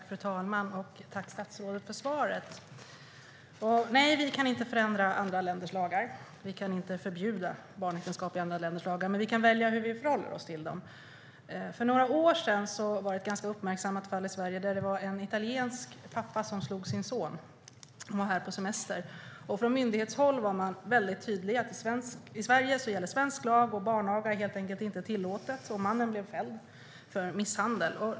Fru talman! Tack, statsrådet för svaret! Nej, vi kan inte förändra andra länders lagar. Vi kan inte förbjuda barnäktenskap i andra länders lagar, men vi kan välja hur vi förhåller sig till dem. För några år sedan var det ett ganska uppmärksammat fall i Sverige. Det var en italiensk pappa som slog sin son. De var här på semester. Från myndighetshåll var man väldigt tydlig om att i Sverige gäller svensk lag. Barnaga är inte tillåten, så mannen blev fälld för misshandel.